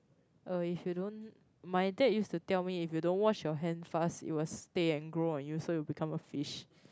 uh if you don't my dad used to tell me if you don't wash your hand fast it will stay and grow on you so you will become a fish